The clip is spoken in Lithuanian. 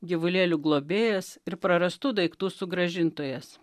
gyvulėlių globėjas ir prarastų daiktų sugrąžintojas